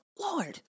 Lord